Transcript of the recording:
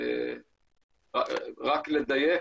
רק לדייק.